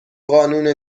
قانون